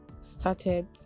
started